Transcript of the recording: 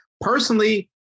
Personally